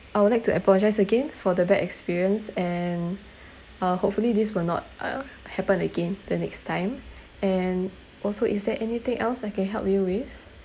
I would like to apologise again for the bad experience and uh hopefully this will not uh happen again the next time and also is there anything else I can help you with